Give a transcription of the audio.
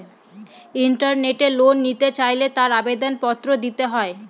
ইন্টারনেটে লোন নিতে চাইলে তার আবেদন পত্র দিতে হয়